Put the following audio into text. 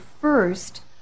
first